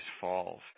falls